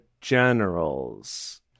generals